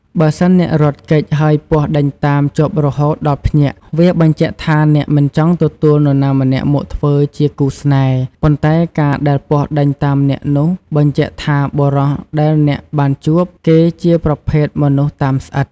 បើសិនអ្នករត់គេចហើយពស់ដេញតាមជាប់រហូតដល់ភ្ញាក់ វាបញ្ជាក់ថាអ្នកមិនចង់ទទួលនរណាម្នាក់មកធ្វើជា គូស្នេហ៍ប៉ុន្តែការដែលពស់ដេញតាមអ្នកនោះបញ្ជាក់ថាបុរសដែលអ្នកបាន ជួបគេជាប្រភេទមនុស្សតាមស្អិត។